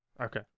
Okay